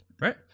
Right